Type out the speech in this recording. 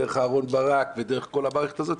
דרך אהרון ברק ודרך כל המערכת הזאת,